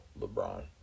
LeBron